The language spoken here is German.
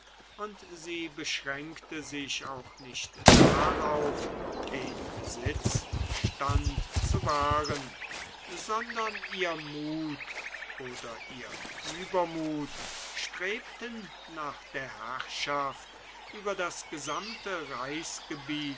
und sie beschränkte sich auch nicht darauf den besitzstand zu wahren sondern ihr mut oder ihr übermut strebten nach der herrschaft über das gesamte